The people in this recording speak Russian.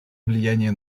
влияние